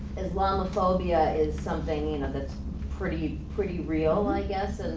islamophobia is something you know that's pretty pretty real, i guess.